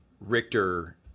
Richter